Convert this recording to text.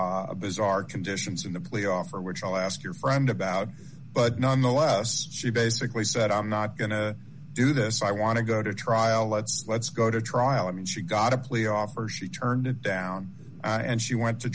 offer bizarre conditions in the plea offer which i'll ask your friend about but nonetheless she basically said i'm not going to do this i want to go to trial let's let's go to trial i mean she got a plea offer she turned it down and she went to